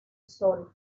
sol